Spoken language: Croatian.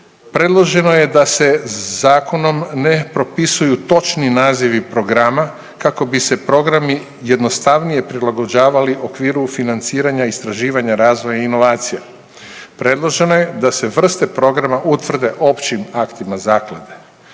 predloženo je da se zakonom ne propisuju točni nazivi programa kako bi se programi jednostavnije prilagođavali okviru financiranja, istraživanja razvoja i inovacija. Predloženo je da se vrste programa utvrde općim aktima zaklade.